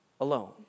alone